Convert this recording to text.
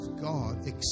God